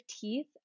teeth